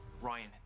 Ryan